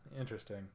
Interesting